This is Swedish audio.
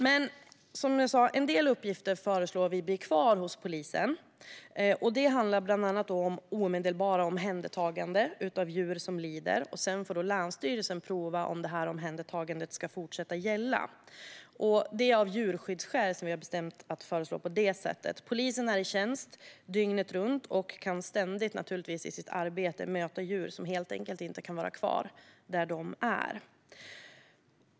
De uppgifter som vi föreslår blir kvar hos polisen är bland annat omedelbart omhändertagande av djur som lider. Sedan får länsstyrelsen prova om omhändertagandet ska fortsätta att gälla. Det finns starka djurskyddsskäl för att göra på det sättet. Polisen är i tjänst dygnet runt och kan naturligtvis ständigt i sitt arbete möta djur som helt enkelt inte kan vara kvar där de är.